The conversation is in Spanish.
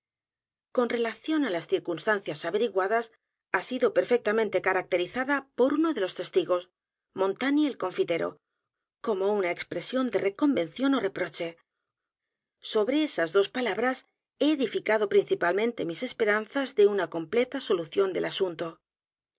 con relación á las circunstancias averiguadas ha sido perfectamente caracterizada por uno de los testigos montani el confitero como una expresión de reconvención ó reproche sobre esas dos palabras he edificado principalmente mis esperanzas de una completa solución del asunto